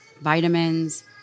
vitamins